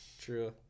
True